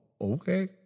okay